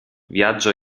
viaggio